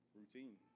routine